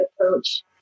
approach